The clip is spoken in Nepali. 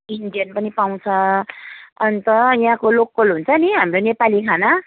इन्डियन पनि पाउँछ अन्त यहाँको लोकल हुन्छ नि हाम्रो नेपाली खाना